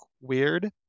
weird